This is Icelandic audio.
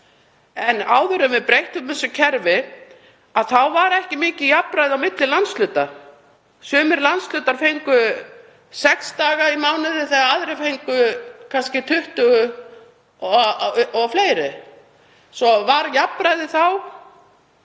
En áður en við breyttum þessu kerfi var ekki mikið jafnræði á milli landshluta. Sumir landshlutar fengu sex daga í mánuði meðan aðrir fengu kannski 20 daga eða fleiri. Var jafnræði þá?